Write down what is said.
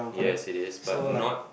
yes it is but not